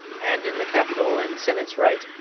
and in the capitol and senate's right,